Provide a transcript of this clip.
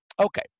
Okay